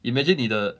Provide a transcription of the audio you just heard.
imagine 你的